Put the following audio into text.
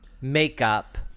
Makeup